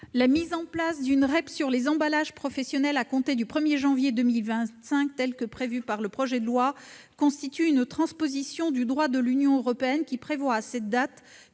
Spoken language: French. La mise en place d'une REP sur les emballages professionnels à compter du 1janvier 2025, telle que le projet de loi le prévoit, constitue une transposition du droit de l'Union européenne : à cette date,